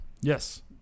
Yes